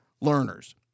Learners